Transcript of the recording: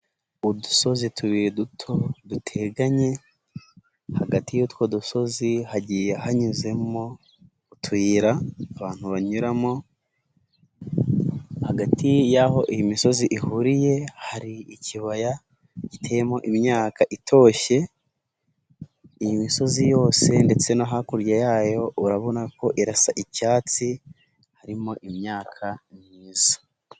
Udusozi tubiri duto duteganye, hagati y'utwo dusozi hagiye hanyuzemo utuyira, abantu banyuramo hagati yaho iyi misozi ihuriye, hari ikibaya giteyemo imyaka itoshye, iyi misozi yose ndetse no hakurya yayo urabona ko irasa icyatsi, harimo imyaka myiza.